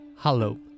Hello